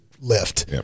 lift